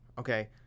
Okay